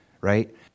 right